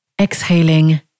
Exhaling